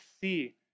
see